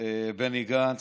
בני גנץ.